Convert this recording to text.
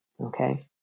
Okay